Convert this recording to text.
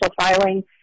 filing